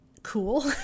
cool